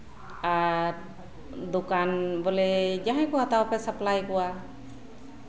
ᱟᱨ ᱫᱚᱠᱟᱱ ᱵᱚᱞᱮ ᱡᱟᱸᱦᱟᱭ ᱠᱚ ᱦᱟᱛᱟᱣᱟ ᱥᱟᱯᱞᱟᱭ ᱠᱚᱣᱟ